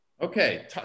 Okay